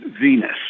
Venus